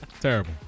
Terrible